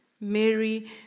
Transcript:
Mary